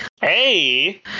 Hey